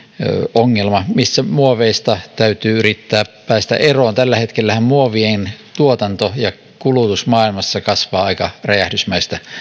ongelma missä muoveista täytyy yrittää päästä eroon tällä hetkellähän muovien tuotanto ja kulutus maailmassa kasvavat aika räjähdysmäistä